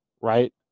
right